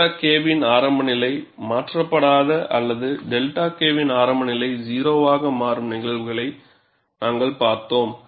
𝛅 K வின் ஆரம்ப நிலை மாற்றப்படாத அல்லது 𝛅 K வின் ஆரம்ப நிலை 0 ஆக மாறும் நிகழ்வுகளை நாங்கள் பார்த்தோம்